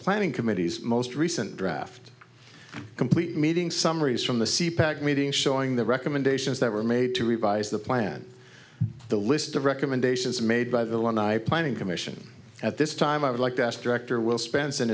planning committees most recent draft complete meeting summaries from the c pack meeting showing the recommendations that were made to revise the plan the list of recommendations made by the one i planning commission at this time i would like to ask director will spends in